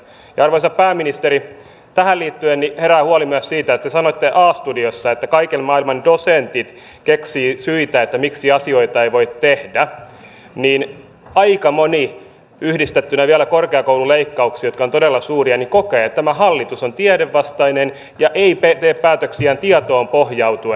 arvoisa pääministeri tähän liittyen herää huoli myös siitä että te sanoitte a studiossa että kaiken maailman dosentit keksivät syitä miksi asioita ei voi tehdä ja aika moni yhdistettynä vielä korkeakoululeikkauksiin jotka ovat todella suuria kokee että tämä hallitus on tiedevastainen ja ei tee päätöksiään tietoon pohjautuen